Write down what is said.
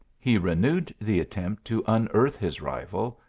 he renewed the attempt to unearth his rival,